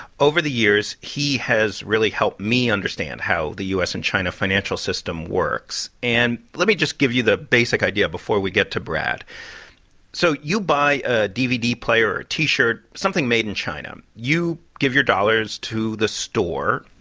over the years, he has really helped me understand how the u s. and china financial system works. and let me just give you the basic idea before we get to brad so you buy a dvd player or t-shirt, something made in china, you give your dollars to the store.